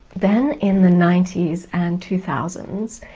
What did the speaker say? then in the ninety s and two thousand